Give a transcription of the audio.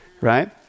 right